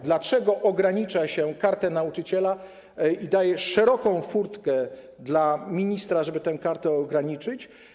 Dlaczego ogranicza się Kartę Nauczyciela i daje szeroko otwartą furtkę ministrowi, żeby tę kartę ograniczyć?